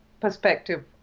perspective